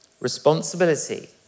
responsibility